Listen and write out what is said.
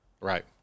Right